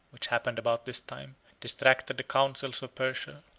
which happened about this time, distracted the councils of persia,